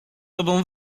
tobą